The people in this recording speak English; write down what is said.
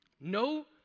no